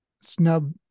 snub